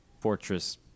Fortress